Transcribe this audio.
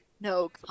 No